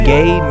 Gay